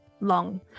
long